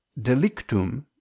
Delictum